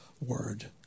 word